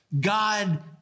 God